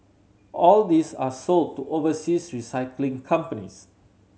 all these are sold to overseas recycling companies